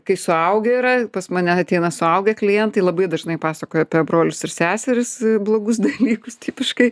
kai suaugę yra pas mane ateina suaugę klientai labai dažnai pasakojo apie brolius ir seseris blogus dalykus tipiškai